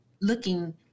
looking